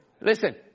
Listen